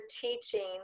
teaching